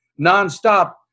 nonstop